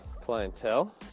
clientele